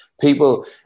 People